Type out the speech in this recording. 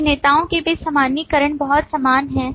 अभिनेताओं के बीच सामान्यीकरण बहुत समान है